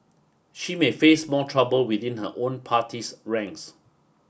she may face more trouble within her own party's ranks